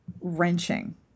wrenching